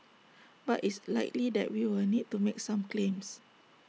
but is likely that we will need to make some claims